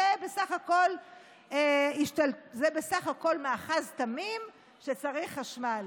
זה בסך הכול מאחז תמים שצריך חשמל.